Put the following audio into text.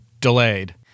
delayed